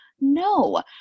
No